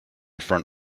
front